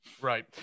Right